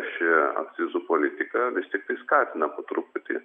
ši akcizų politika vis tiktai skatina po truputį